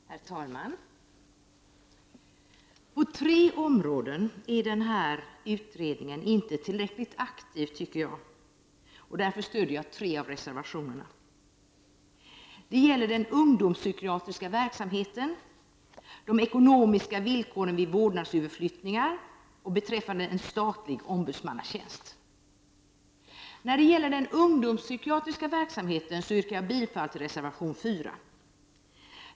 Herr talman! På tre områden är den här utredningen inte tillräckligt aktiv, tycker jag. Därför stöder jag tre av reservationerna. Det gäller den ungdomspsykiatriska verksamheten, de ekonomiska villkoren vid vårdnadsöverflyttningar samt en statlig ombudsmannatjänst. När det gäller den ungdomspsykiatriska verksamheten yrkar jag bifall till reservation 4.